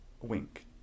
Wink